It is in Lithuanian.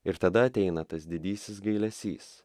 ir tada ateina tas didysis gailesys